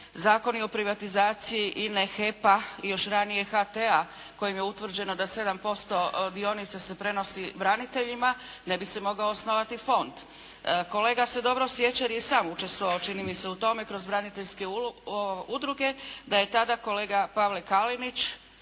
zakoni o privatizaciji Ine, HEP-a i još ranije HT-a kojim je utvrđeno da 7% dionica se prenosi braniteljima ne bi se mogao osnovati fond. Kolega se dobro sjeća jer je i sam učestvovao čini mi se u tome kroz braniteljske udruge, da je tada kolega Pavle Kalinić